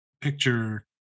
picture